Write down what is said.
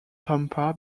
tampa